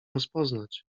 rozpoznać